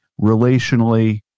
relationally